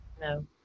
No